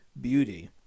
beauty